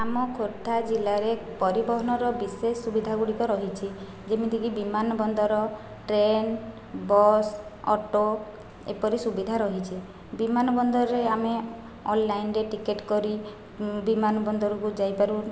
ଆମ ଖୋର୍ଦ୍ଧା ଜିଲ୍ଲାରେ ପରିବହନର ବିଶେଷ ସୁବିଧା ଗୁଡ଼ିକ ରହିଛି ଯେମିତିକି ବିମାନ ବନ୍ଦର ଟ୍ରେନ୍ ବସ୍ ଅଟୋ ଏପରି ସୁବିଧା ରହିଛି ବିମାନ ବନ୍ଦରରେ ଆମେ ଅନ୍ଲାଇନ୍ରେ ଟିକେଟ୍ କରି ବିମାନ ବନ୍ଦରକୁ ଯାଇପାରୁ